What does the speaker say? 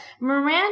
miranda